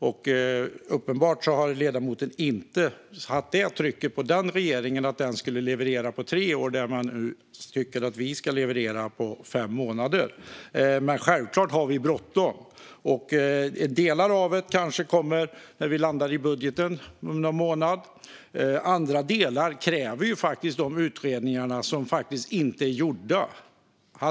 Uppenbarligen har ledamoten inte tryckt på för att den regeringen på tre år skulle leverera det man nu tycker att vi ska leverera på fem månader. Men självklart har vi bråttom. Delar av det kanske kommer när vi landar i budgeten om någon månad. Andra delar kräver faktiskt de utredningar som ännu inte är gjorda.